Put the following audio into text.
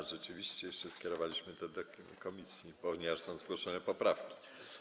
A, rzeczywiście, jeszcze skierowanie tego do komisji, ponieważ są zgłoszone poprawki.